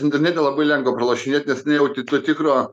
internete labai lengva pralošinėt nes nejauti to tikro